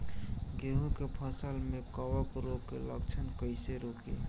गेहूं के फसल में कवक रोग के लक्षण कईसे रोकी?